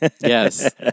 Yes